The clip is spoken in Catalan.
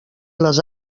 les